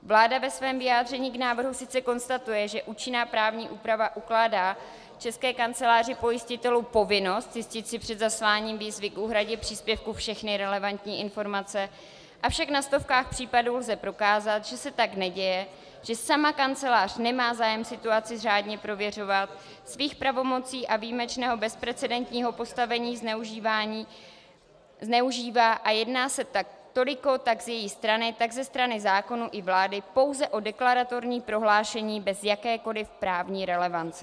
Vláda ve svém vyjádření k návrhu sice konstatuje, že účinná právní úprava ukládá České kanceláři pojistitelů povinnost zjistit si před zasláním výzvy k úhradě příspěvku všechny relevantní informace, avšak na stovkách případů lze prokázat, že se tak neděje, že sama kancelář nemá zájem situaci řádně prověřovat, svých pravomocí a výjimečného bezprecedentního postavení zneužívá a jedná se tak toliko jak z její strany, tak ze strany zákonů i vlády pouze o deklaratorní prohlášení bez jakékoliv právní relevance.